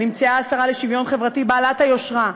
נמצאה השרה לשוויון חברתי בעלת היושרה,